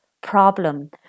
problem